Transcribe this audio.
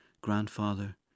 grandfather